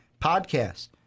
podcast